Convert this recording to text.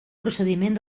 procediment